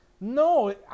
No